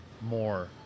more